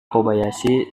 kobayashi